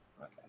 Okay